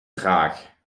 vraag